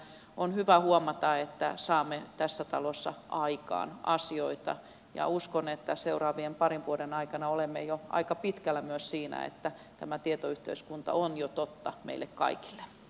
on hyvä huomata että saamme tässä talossa aikaan asioita ja uskon että seuraavien parin vuoden aikana olemme jo aika pitkällä myös siinä että tämä tietoyhteiskunta on jo totta meille kaikille